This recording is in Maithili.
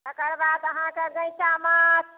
तकर बाद अहाँकेँ गैँचा माछ